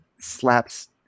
Slaps